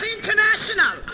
International